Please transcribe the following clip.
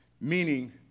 meaning